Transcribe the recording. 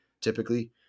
typically